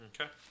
okay